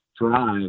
drive